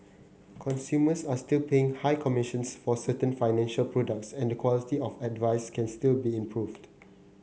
consumers are still paying high commissions for certain financial products and the quality of advice can still be improved